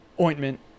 ointment